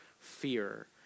fear